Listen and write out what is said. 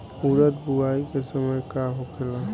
उरद बुआई के समय का होखेला?